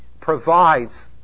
provides